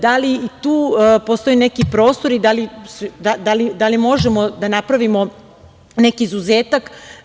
Da li tu postoji neki prostor, i da li možemo da napravimo neki izuzetak?